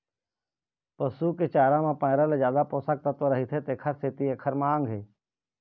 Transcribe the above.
पसू के चारा म पैरा ले जादा पोषक तत्व रहिथे तेखर सेती एखर मांग हे